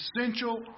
essential